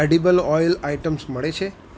edible oil items મળે છે